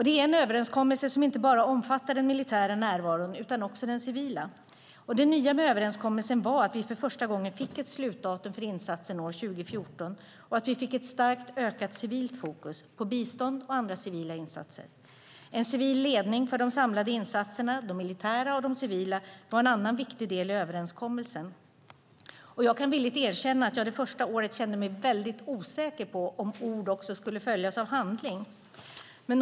Det är en överenskommelse som inte bara omfattar den militära närvaron utan också den civila. Det nya med överenskommelsen var att vi för första gången fick ett slutdatum för insatsen år 2014 och att vi fick ett starkt ökat civilt fokus på bistånd och andra civila insatser. En civil ledning för de samlade insatserna - de militära och de civila - var en annan viktig del i överenskommelsen. Jag kan villigt erkänna att jag det första året kände mig väldigt osäker på om ord skulle följas av handling.